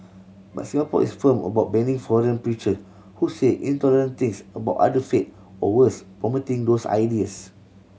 but Singapore is firm about banning foreign preacher who say intolerant things about other faiths or worse promoting those ideas